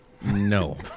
No